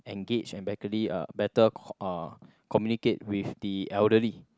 engage and uh better uh communicate with the elderly